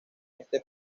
este